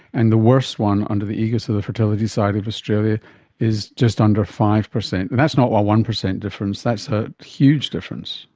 and the worst one under the aegis of the fertility society of australia is just under five percent. and that's not a one percent difference, that's a huge difference.